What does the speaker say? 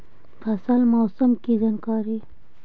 फसल मौसम के जानकारी?